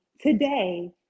today